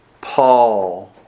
Paul